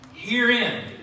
Herein